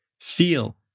feel